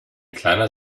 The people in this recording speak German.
kleiner